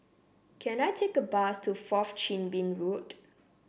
can I take a bus to Fourth Chin Bee Road